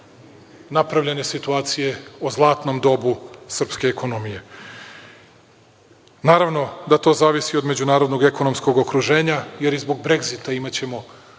napravljene situacije, o zlatnom dobu srpske ekonomije. Naravno da to zavisi od međunarodnog okruženja, jer i zbog Bregzita imaćemo